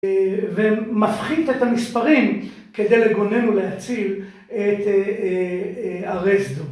ומפחית את המספרים כדי לגונן ולהציל את ערי סדום.